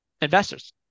Investors